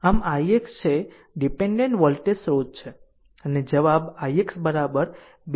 આમ ix છે dependent voltage સ્રોત છે અને જવાબ ix 2